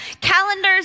calendars